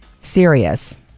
serious